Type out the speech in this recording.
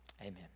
Amen